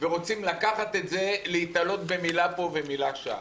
ורוצים לקחת את זה ולהיתלות במילה פה ובמילה שם.